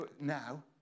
now